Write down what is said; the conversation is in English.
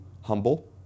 humble